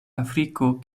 afriko